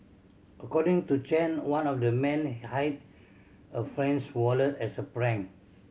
according to Chen one of the men hid a friend's wallet as a prank